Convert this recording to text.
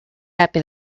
happy